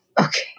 Okay